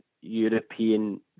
European